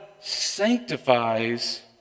sanctifies